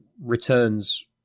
returns